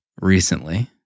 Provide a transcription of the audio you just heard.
recently